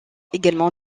également